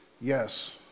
Yes